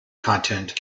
content